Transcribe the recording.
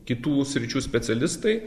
kitų sričių specialistai